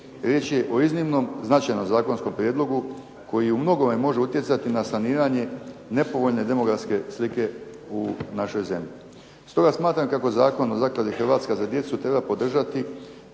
Riječ je o iznimno značajnom zakonskom prijedlogu koji u mnogome može utjecati na saniranje nepovoljne demografske slike u našoj zemlji. Stoga smatram kako Zakon o Zakladi "Hrvatska za djecu" treba podržati